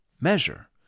measure